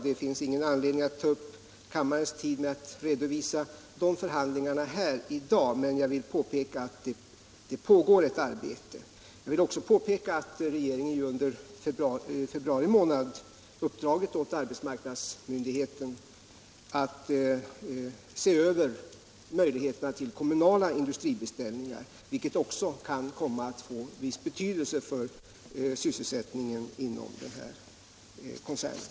Det finns ingen anledning att ta upp kammarens tid med att redovisa de förhandlingarna här i dag, men jag vill påpeka att det pågår ett sådant arbete. Jag vill också påpeka att regeringen under februari månad uppdragit åt arbetsmarknadsmyndigheten att se över möjligheterna till kommunala industribeställningar, vilket också kan komma att få viss betydelse för sysselsättningen inom LME-koncernen.